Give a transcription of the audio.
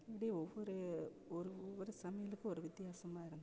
இப்படி ஒவ்வொரு ஒரு ஒவ்வொரு சமையலுக்கும் ஒரு வித்தியாசமாக இருந்துச்சு